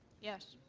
yes.